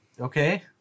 Okay